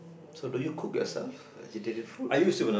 so do you cook yourself vegetarian food